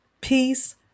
peace